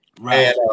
right